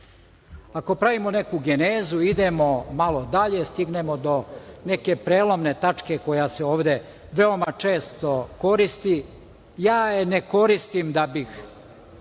pravimo neku genezu, idemo malo dalje, stignemo do neke prelomne tačke koja se ovde veoma često koristi, ja je ne koristim da bih